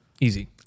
Easy